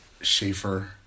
Schaefer